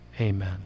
Amen